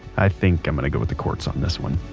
i think i'm gonna go with the courts on this one.